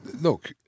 Look